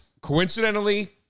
Coincidentally